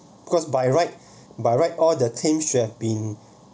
because by right by right all the team should have been